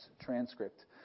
transcript